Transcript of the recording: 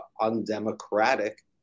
undemocratic